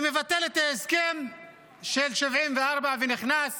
מבטל את ההסכם של 1974 ונכנס